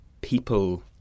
people